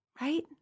Right